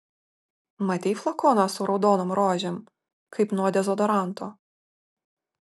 matei flakoną su raudonom rožėm kaip nuo dezodoranto